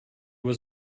was